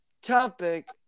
Topic